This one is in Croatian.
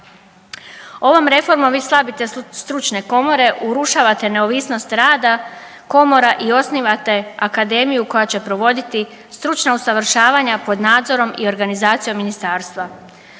Ovom reformom vi slabite stručne komore, urušavate neovisnost rada komora i osnivate akademiju koja će provoditi stručna usavršavanja pod nadzorom i organizacijom ministarstva.